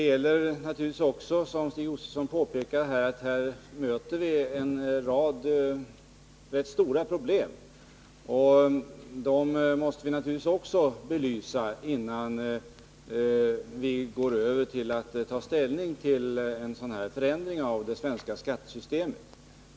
Som Stig Josefson påpekade möter vi också en rad rätt stora problem som vi naturligtvis måste belysa innan vi kan gå över till att ta ställning till en sådan förändring av det svenska skattesystemet.